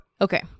Okay